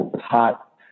hot